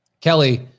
Kelly